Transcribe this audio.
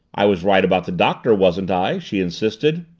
i was right about the doctor, wasn't i? she insisted.